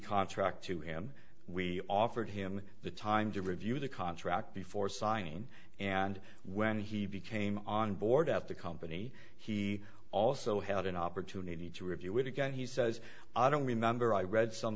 contract to him we offered him the time to review the contract before signing and when he became on board of the company he also had an opportunity to review it again he says i don't remember i read some